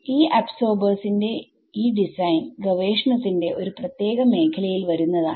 ഈ അബ്സോർബേർസ് ന്റെ ഈ ഡിസൈൻ ഗവേഷണത്തിന്റെ ഒരു പ്രത്യേക മേഖലയിൽ വരുന്നതാണ്